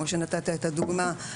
כמו שנתת את הדוגמה,